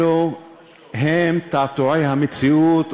אלו הם תעתועי המציאות,